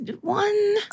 one